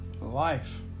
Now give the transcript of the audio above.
life